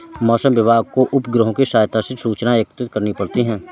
मौसम विभाग को उपग्रहों के सहायता से सूचनाएं एकत्रित करनी पड़ती है